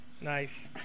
Nice